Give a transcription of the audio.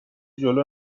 جلو